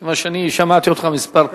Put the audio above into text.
כיוון ששמעתי אותך כמה פעמים.